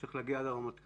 צריך להגיע לרמטכ"ל.